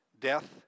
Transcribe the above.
Death